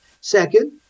Second